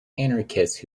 anarchists